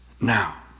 Now